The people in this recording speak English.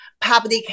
public